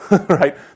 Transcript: right